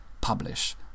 publish